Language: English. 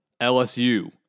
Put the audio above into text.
LSU